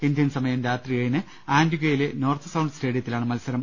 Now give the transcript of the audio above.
Indian സമയം രാത്രി ഏഴിന് ആന്റി ഗ്വയിലെ നോർത്ത് സൌണ്ട് സ്റ്റേഡിയത്തിലാണ് മത്സരം